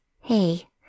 Hey